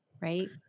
right